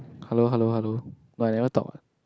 hello hello hello no I never talk